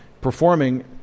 performing